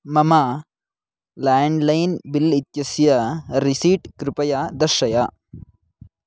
मम landline bill इत्यस्य receipt कृपया दर्शय